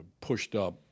pushed-up